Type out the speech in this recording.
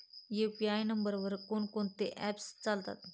UPI नंबरवर कोण कोणते ऍप्स चालतात?